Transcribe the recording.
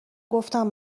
گفتم